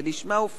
זה נשמע אופנתי,